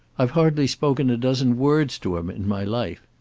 i've hardly spoken a dozen words to him in my life.